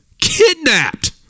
kidnapped